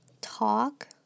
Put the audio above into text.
talk